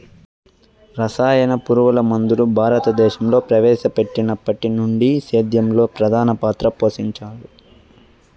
రసాయన పురుగుమందులు భారతదేశంలో ప్రవేశపెట్టినప్పటి నుండి సేద్యంలో ప్రధాన పాత్ర పోషించాయి